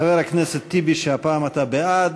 חבר הכנסת טיבי, שהפעם אתה בעד,